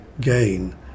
gain